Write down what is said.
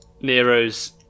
Nero's